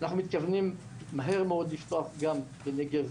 אנחנו מתכוונים מהר מאד לפתוח גם בנגב